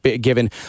given